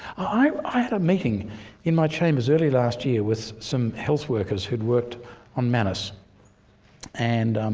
i had a meeting in my chambers early last year with some health workers who'd worked on manus and,